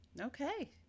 Okay